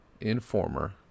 informer